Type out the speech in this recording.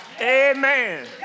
Amen